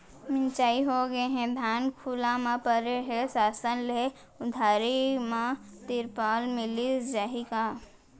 मिंजाई होगे हे, धान खुला म परे हे, शासन ले उधारी म तिरपाल मिलिस जाही का?